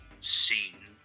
scene